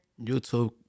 YouTube